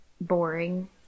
boring